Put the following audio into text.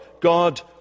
God